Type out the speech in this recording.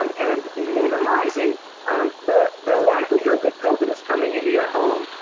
um and minimizing the the likelihood that covid is coming into your home,